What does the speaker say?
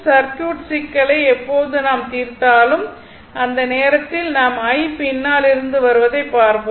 circuit சிக்கலை எப்போது நாம் தீர்த்தாலும் அந்த நேரத்தில் நாம் I பின்னால் இருந்து வருவதை பார்ப்போம்